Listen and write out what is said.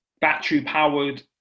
battery-powered